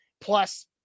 plus